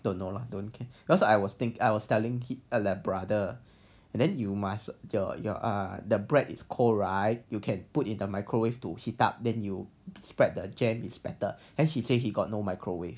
don't know lah don't care because I was think I was telling his elder brother and then you must your your are the bread is cold right you can put in the microwave to heat up then you spread the jam is better and he say he got no microwave